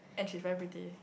and she's very pretty